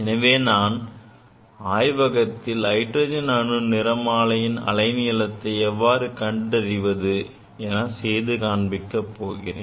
எனவே நான் ஆய்வகத்தில் ஹைட்ரஜன் அணு நிறமாலையின் அலைநீளத்தையும் எவ்வாறு கண்டறிவது என செய்து காண்பிக்க போகிறேன்